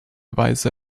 weise